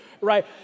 right